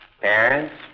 Parents